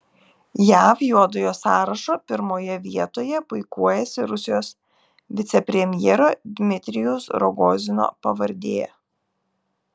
jav juodojo sąrašo pirmoje vietoje puikuojasi rusijos vicepremjero dmitrijaus rogozino pavardė